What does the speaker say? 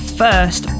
first